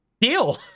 Deal